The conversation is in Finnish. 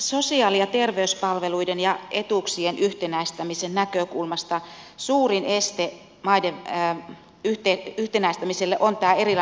sosiaali ja terveyspalveluiden ja etuuksien yhtenäistämisen näkökulmasta suurin este yhtenäistämiselle on tämä erilainen lainsäädäntö